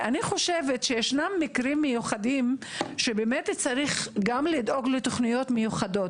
אני חושבת שישנם מקרים מיוחדים שצריך לדאוג לתוכניות מיוחדות.